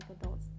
adults